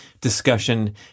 discussion